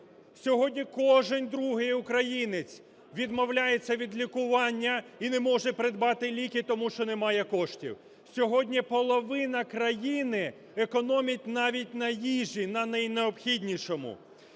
Сьогодні кожен другий українець відмовляється від лікування і не може придбати ліки, тому що немає коштів. Сьогодні половина країни економить навіть на їжі, на найнеобхіднішому.